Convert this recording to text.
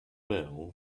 bell